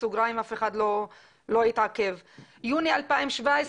יוני 2017,